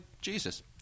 Jesus